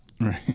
Right